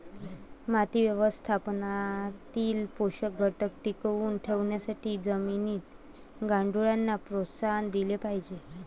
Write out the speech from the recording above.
माती व्यवस्थापनातील पोषक घटक टिकवून ठेवण्यासाठी जमिनीत गांडुळांना प्रोत्साहन दिले पाहिजे